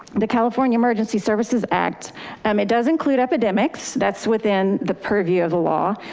the california emergency services act. um it does include epidemics that's within the purview of the law.